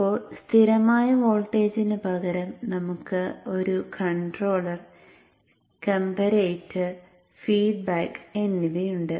ഇപ്പോൾ സ്ഥിരമായ വോൾട്ടേജിനുപകരം നമുക്ക് ഇപ്പോൾ ഒരു കൺട്രോളർ കംപാറേറ്റർ ഫീഡ്ബാക്ക് എന്നിവയുണ്ട്